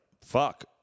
fuck